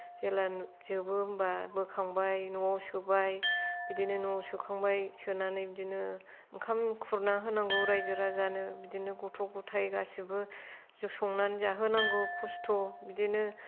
जेला जोबो होमबा बोखांबाय न'आव सोबाय बिदिनो न'आव सोखांबाय सोनानै बिदिनो ओंखाम खुरना होनांगौ राइजो राजानो बिदिनो गथ' गथाय गासैबो ज' संनानै जाहोनांगौ खस्थ' बिदिनो